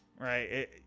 right